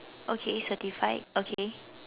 okay certified okay